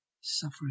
suffering